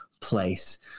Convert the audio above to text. place